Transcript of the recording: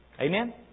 Amen